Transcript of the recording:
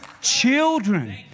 children